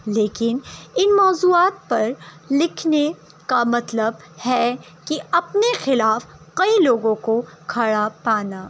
لیکن ان موضوعات پر لکھنے کا مطلب ہے کہ اپنے خلاف کئی لوگوں کو کھڑا پانا